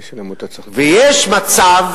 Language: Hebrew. של עמותה, ויש מצב